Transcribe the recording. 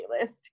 list